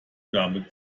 dame